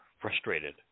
frustrated